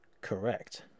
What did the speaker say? Correct